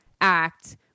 act